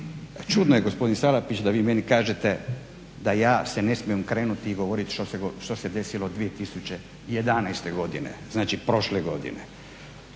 čudno je gospodin Salapić da vi meni kažete da ja ne smijem okrenut i govorit što se desilo 2011. godine, znači prošle godine.